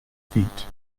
feet